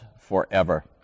forever